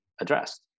addressed